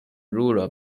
rural